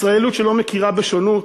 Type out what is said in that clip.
ישראליות שלא מכירה בשונות,